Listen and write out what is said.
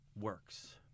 works